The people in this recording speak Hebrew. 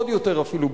עוד יותר אפילו,